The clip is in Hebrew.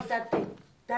הוא בתת תקצוב.